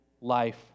life